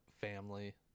family